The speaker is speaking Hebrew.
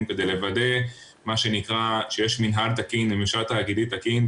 כדי לוודא שיש מנהל תקין וממשל תאגידי תקין,